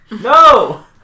No